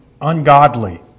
ungodly